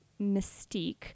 mystique